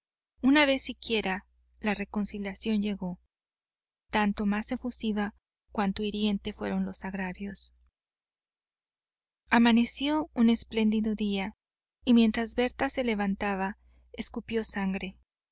una vez siquiera la reconciliación llegó tanto más efusiva cuanto hiriente fueron los agravios amaneció un espléndido día y mientras berta se levantaba escupió sangre